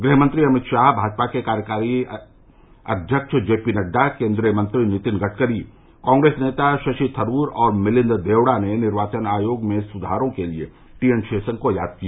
गृहमंत्री अमित शाह भाजपा के कार्यकारी अध्यक्ष जेपी नड्डा केन्द्रीय मंत्री नितिन गडकरी कांग्रेस नेता शशि थरूर और मिलिन्द देवड़ा ने निर्वाचन आयोग में सुधारों के लिए टीएन शेषन को याद किया